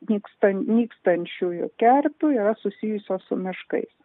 nyksta nykstančiųjų kerpių yra susijusios su miškais